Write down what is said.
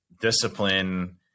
discipline